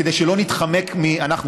כדי שלא נתחמק אנחנו,